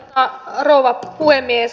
arvoisa rouva puhemies